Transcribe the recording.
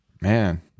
Man